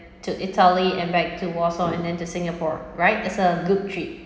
to italy and back to warsaw and then to singapore right it's a group trip